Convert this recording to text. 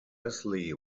wesley